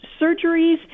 surgeries